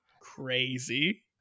Crazy